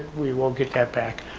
we will get that back.